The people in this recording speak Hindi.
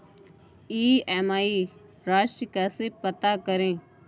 ई.एम.आई राशि कैसे पता करें?